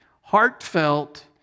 heartfelt